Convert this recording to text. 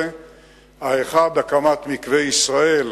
האחד, הקמת "מקווה ישראל"